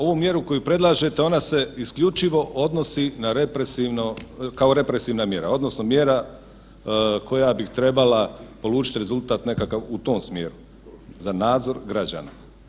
Ovu mjeru koju predlažete ona se isključivo odnosi kao represivna mjera odnosno mjera koja bi trebala polučiti rezultat nekakav u tom smjeru za nadzor građana.